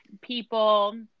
people